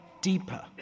deeper